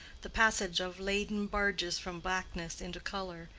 the passage of laden barges from blackness into color,